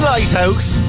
Lighthouse